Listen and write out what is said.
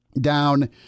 down